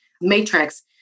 matrix